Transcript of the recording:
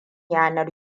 yanar